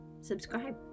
subscribe